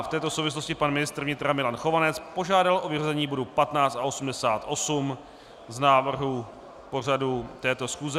V této souvislosti pan ministr vnitra Milan Chovanec požádal o vyřazení bodů 15 a 88 z návrhu pořadu této schůze.